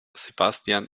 sebastian